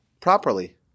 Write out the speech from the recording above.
properly